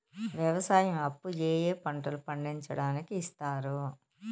వ్యవసాయం అప్పు ఏ ఏ పంటలు పండించడానికి ఇస్తారు?